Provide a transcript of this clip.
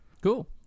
Cool